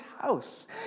house